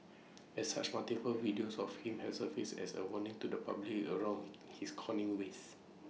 as such multiple videos of him have surfaced as A warning to the public around his conning ways